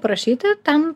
parašyti ten